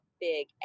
big